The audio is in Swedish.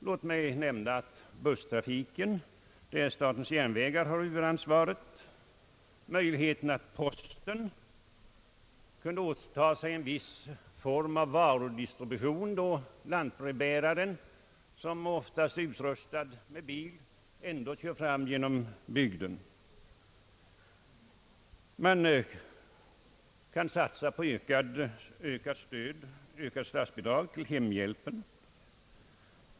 Låt mig nämna busstrafiken, där SJ har huvudansvaret, och möjligheten att posten åtar sig en viss form av varudistribution då lantbrevbärare, som oftast är utrustad med bil, ändå kör fram genom bygden. Man kan också öka statsbidraget till hembhjälpen.